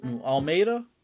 Almeida